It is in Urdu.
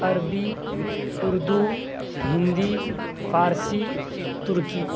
عربی اردو ہندی فارسی ترکی